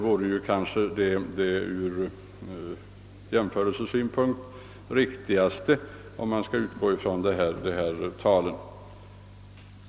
Ur jämförelsesynpunkt vore det kanske riktigast att utgå från dessa tal.